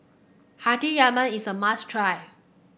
Hati Yaman is a must try